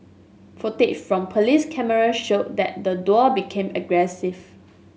footage from police cameras showed that the duo became aggressive